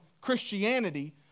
Christianity